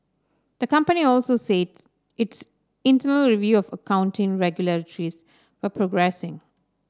the company also its internal review of accounting irregularities a progressing